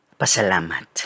Pasalamat